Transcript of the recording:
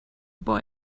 boy